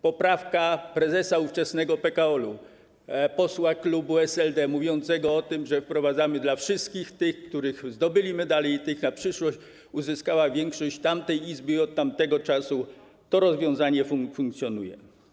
Poprawka ówczesnego prezesa PKOL, posła klubu SLD mówiąca o tym, że wprowadzamy to i dla wszystkich tych, których zdobyli medale, i dla tych na przyszłość, uzyskała większość tamtej Izby i od tamtego czasu to rozwiązanie funkcjonuje.